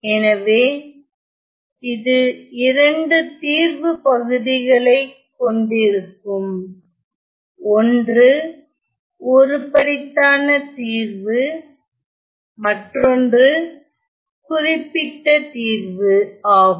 எனவே இது இரண்டு தீர்வு பகுதிகளைக் கொண்டிருக்கும் ஒன்று ஒருபடித்தான தீர்வு மற்றொன்று குறிப்பிட்ட தீர்வு ஆகும்